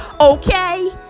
okay